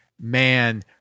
man